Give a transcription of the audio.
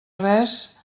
res